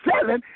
selling